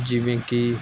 ਜਿਵੇਂ ਕਿ